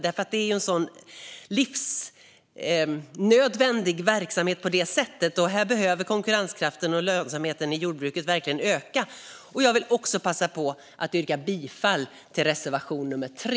Det är en livsnödvändig verksamhet, och konkurrenskraften och lönsamheten i jordbruket behöver verkligen öka. Jag yrkar bifall till reservation 3.